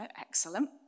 excellent